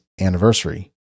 anniversary